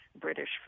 British